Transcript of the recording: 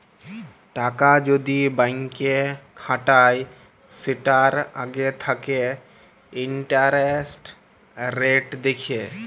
টাকা যদি ব্যাংকে খাটায় সেটার আগে থাকে ইন্টারেস্ট রেট দেখে